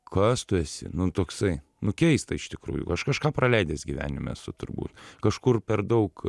kas tu esi nu toksai nu keista iš tikrųjų aš kažką praleidęs gyvenime esu turbūt kažkur per daug